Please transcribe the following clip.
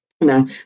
Now